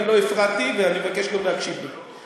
אני לא הפרעתי ואני מבקש גם להקשיב לי.